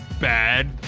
Bad